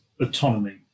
autonomy